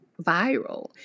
viral